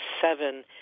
seven